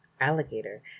alligator